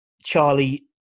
Charlie